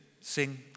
sing